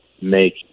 make –